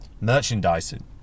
merchandising